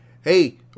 Hey